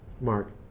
Mark